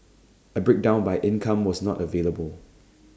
A breakdown by income was not available